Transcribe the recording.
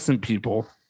people